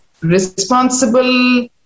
responsible